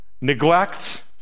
neglect